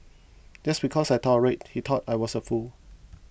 just because I tolerated he thought I was a fool